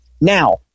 Now